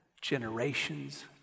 generations